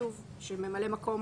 כתוב שממלא מקום